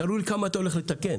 תראו לי כמה אתם הולכים לתקן.